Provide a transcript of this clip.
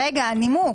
רגע, נימוק.